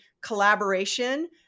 collaboration